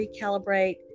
recalibrate